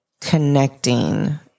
connecting